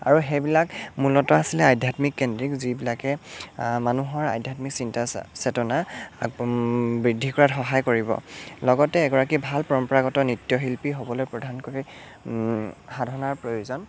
আৰু সেইবিলাক মূলত আছিলে আধ্যাত্মিক কেন্দ্ৰিক যিবিলাকে মানুহৰ আধ্যাত্মিক চিন্তা চেতনা বৃদ্ধি কৰাত সহায় কৰিব লগতে এগৰাকী ভাল পৰম্পৰাগত নৃত্যশিল্পী হ'বলৈ প্ৰধানকৈ সাধনাৰ প্ৰয়োজন